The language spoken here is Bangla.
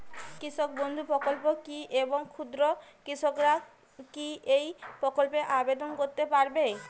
কৃষক বন্ধু প্রকল্প কী এবং ক্ষুদ্র কৃষকেরা কী এই প্রকল্পে আবেদন করতে পারবে?